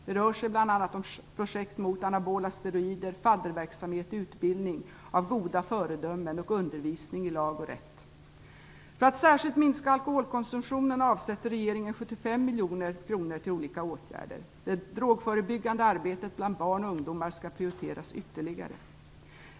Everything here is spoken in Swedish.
Det rör sig bl.a. om projekt mot anabola steroider, med fadderverksamhet och utbildning av goda föredömen och undervisning i lag och rätt. För att särskilt minska alkoholkonsumtionen avsätter regeringen 75 miljoner kronor till olika åtgärder. Det drogförebyggande arbetet bland barn och ungdomar skall prioriteras ytterligare.